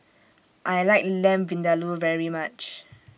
I like Lamb Vindaloo very much